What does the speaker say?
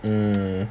hmm